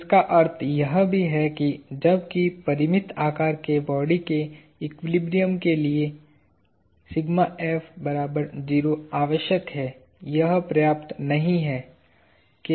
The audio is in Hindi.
जिसका अर्थ यह भी है जबकि परिमित आकार के बॉडी के एक्विलिब्रियम के लिए कि आवश्यक है यह पर्याप्त नहीं है